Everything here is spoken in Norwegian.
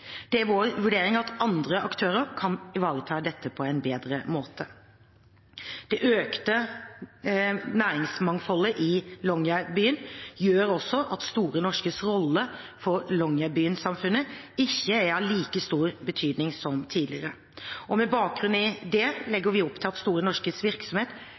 Det er vår vurdering at andre aktører kan ivareta dette på en bedre måte. Det økte næringsmangfoldet i Longyearbyen gjør også at Store Norskes rolle for longyearbyensamfunnet ikke er av like stor betydning som tidligere. Med bakgrunn i dette legger vi opp til at Store Norskes virksomhet